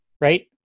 right